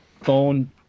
phone